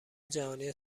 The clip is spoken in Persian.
جهانی